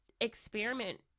experiment